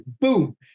boom